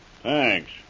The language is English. Thanks